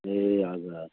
ए हजुर हजुर